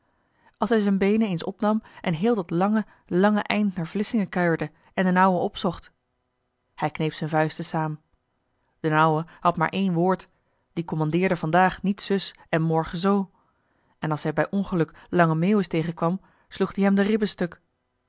hij z'n beenen eens opnam en heel dat lange lange eind naar vlissingen kuierde en d'n ouwe opzocht hij kneep z'n vuisten saam d'n ouwe had maar één woord die commandeerde vandaag niet zus en morgen zoo en als hij bij ongeluk lange meeuwis tegenkwam sloeg die hem de ribben stuk